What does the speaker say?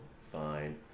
fine